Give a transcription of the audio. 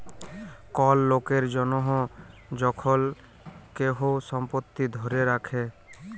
call লকের জনহ যখল কেহু সম্পত্তি ধ্যরে রাখে